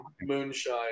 moonshine